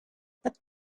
but